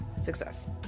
Success